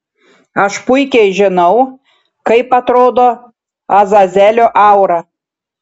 aš puikiai žinau kaip atrodo azazelio aura